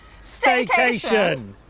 Staycation